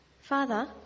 Father